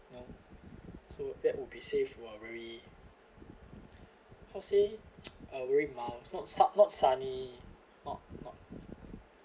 you know so that would be safe who are very how say uh really mild not su~ not sunny not not